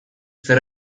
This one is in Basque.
zer